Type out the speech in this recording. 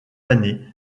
année